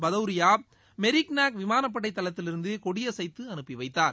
பதோரியாமெரிக்னேக் விமானப்படைதளத்திலிருந்துகொடியசைத்துஅனுப்பிவைத்தார்